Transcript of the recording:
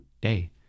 day